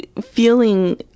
feeling